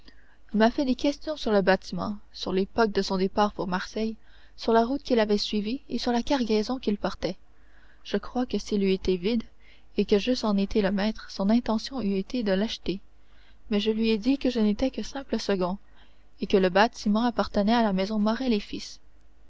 il m'a fait des questions sur le bâtiment sur l'époque de son départ pour marseille sur la route qu'il avait suivie et sur la cargaison qu'il portait je crois que s'il eût été vide et que j'en eusse été le maître son intention eût été de l'acheter mais je lui ai dit que je n'étais que simple second et que le bâtiment appartenait à la maison